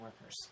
workers